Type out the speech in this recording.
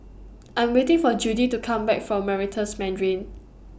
I'm waiting For Judie to Come Back from Meritus Mandarin